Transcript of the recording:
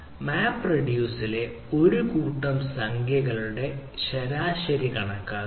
MapReduce ലെ ഒരു കൂട്ടം സംഖ്യകളുടെ ശരാശരി കണക്കാക്കുക